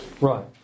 right